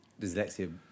dyslexia